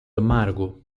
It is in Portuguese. amargo